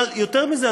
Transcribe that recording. אבל יותר מזה,